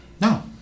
No